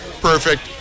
perfect